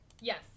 Yes